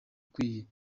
ukwiriye